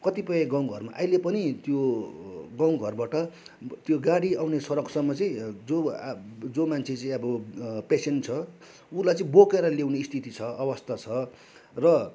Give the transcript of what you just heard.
कतिपय गाउँघरमा अहिले पनि त्यो गाउँघरबाट त्यो गाडी आउने सडकसम्म चाहिँ जो अब जो मान्छे चाहिँ अब पेसेन्ट छ उसलाई चाहिँ बोकेर ल्याउने स्थिति छ अवस्था छ र